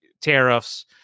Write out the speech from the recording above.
tariffs